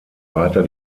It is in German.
weiter